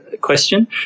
question